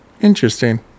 interesting